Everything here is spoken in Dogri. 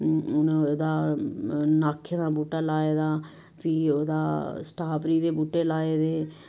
हून एह्दा नाखें दा बूह्टा लाए दा फ्ही ओह्दा स्ट्राबेरी दे बूह्टे लाए दे